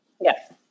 Yes